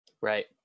Right